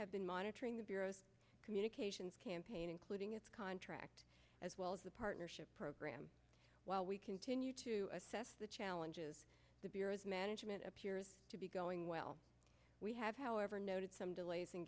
have been monitoring the bureau's communications campaign including its contract as well as the partnership program while we continue to assess the challenges the bureau's management appears to be going well we have however noted some delays